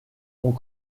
ont